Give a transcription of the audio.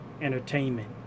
entertainment